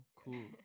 cool